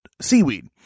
seaweed